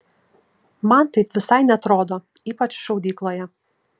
man taip visai neatrodo ypač šaudykloje